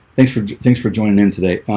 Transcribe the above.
thanks for thanks for joining in today.